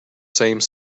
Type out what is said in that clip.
same